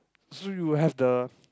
so you have the